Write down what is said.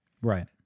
right